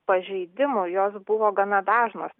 pažeidimų jos buvo gana dažnos